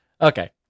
Okay